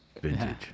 vintage